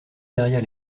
derrière